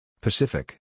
Pacific